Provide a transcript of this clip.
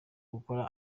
gukora